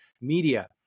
media